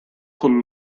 con